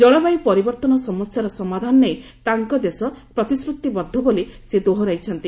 ଜଳବାୟୁ ପରିବର୍ତ୍ତନ ସମସ୍ୟାର ସମାଧାନ ନେଇ ତାଙ୍କ ଦେଶ ପ୍ରତିଶ୍ରତିବଦ୍ଧ ବୋଲି ସେ ଦୋହରାଇଛନ୍ତି